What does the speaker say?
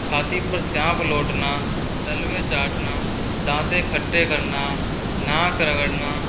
छाती को सांप लोटना तलवे चाटना दांते खट्टे करना नाक रगड़ना